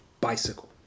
bicycle